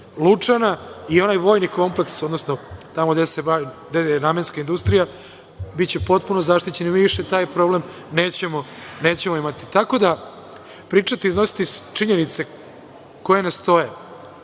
Lučana i onaj vojni kompleks, odnosno tamo gde je namenska industrija, biće potpuno zaštićen i više taj problem nećemo imati. Tako da, pričati, iznositi činjenice koje ne stoje,